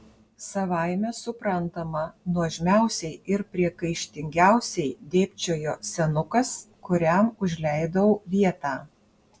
savaime suprantama nuožmiausiai ir priekaištingiausiai dėbčiojo senukas kuriam užleidau vietą